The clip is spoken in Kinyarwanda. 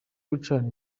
gucana